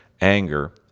anger